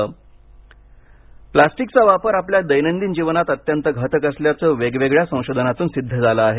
IIT प्लास्टिकचा वापर आपल्या दैनंदिन जीवनात अत्यंत घातक असल्याचं वेगवेगळ्या संशोधनातून सिद्ध झालं आहे